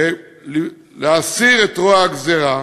להסיר את רוע הגזירה